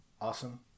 Awesome